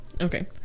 Okay